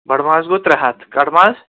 بَڈٕ ماز گوٚو ترٛےٚ ہَتھ کَٹہٕ ماز